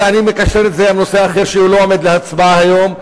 ואני מקשר את זה עם נושא אחר שלא עומד להצבעה היום,